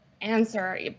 answer